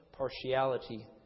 partiality